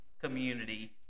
community